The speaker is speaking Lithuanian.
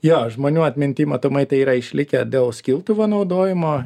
jo žmonių atminty matomai tai yra išlikę dėl skiltuvo naudojimo